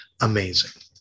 amazing